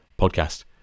Podcast